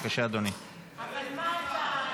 בבקשה, אדוני.